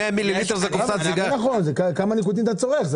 100 מיליליטר זאת קופסת סיגריות?